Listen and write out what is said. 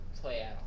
play